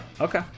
Okay